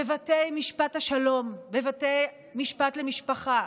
בבתי משפט השלום, בבתי משפט למשפחה,